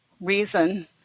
reason